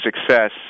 success